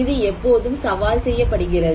இது எப்போதும் சவால் செய்யப்படுகிறது